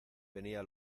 venía